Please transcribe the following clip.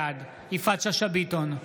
בעד יפעת שאשא ביטון,